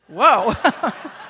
Whoa